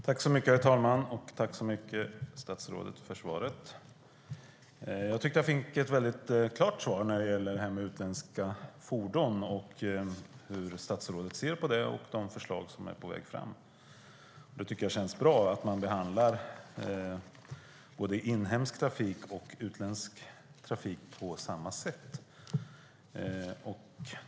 Herr talman! Tack så mycket för svaret, statsrådet! Jag tyckte att jag fick ett klart svar när det gäller hur statsrådet ser på utländska fordon och på de förslag som är på väg. Det känns bra att man behandlar både inhemsk och utländsk trafik på samma sätt.